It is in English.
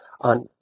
on